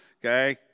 okay